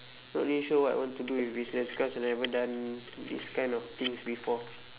not really sure what I want to do with business because I never done this kind of things before